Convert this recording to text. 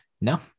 no